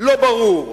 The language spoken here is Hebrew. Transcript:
לא ברור.